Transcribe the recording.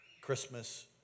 Christmas